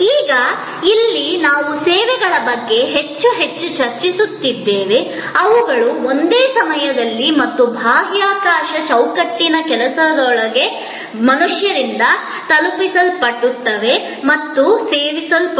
ಈಗ ಇಲ್ಲಿ ನಾವು ಸೇವೆಗಳ ಬಗ್ಗೆ ಹೆಚ್ಚು ಹೆಚ್ಚು ಚರ್ಚಿಸುತ್ತಿದ್ದೇವೆ ಅವುಗಳು ಒಂದೇ ಸಮಯದಲ್ಲಿ ಮತ್ತು ಬಾಹ್ಯಾಕಾಶ ಚೌಕಟ್ಟಿನ ಕೆಲಸದೊಳಗೆ ಮನುಷ್ಯರಿಂದ ತಲುಪಿಸಲ್ಪಡುತ್ತವೆ ಮತ್ತು ಸೇವಿಸಲ್ಪಡುತ್ತವೆ